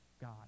God